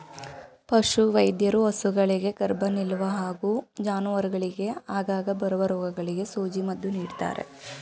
ಪಶುವೈದ್ಯರು ಹಸುಗಳಿಗೆ ಗರ್ಭ ನಿಲ್ಲುವ ಹಾಗೂ ಜಾನುವಾರುಗಳಿಗೆ ಆಗಾಗ ಬರುವ ರೋಗಗಳಿಗೆ ಸೂಜಿ ಮದ್ದು ನೀಡ್ತಾರೆ